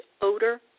odor